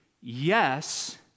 yes